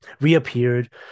reappeared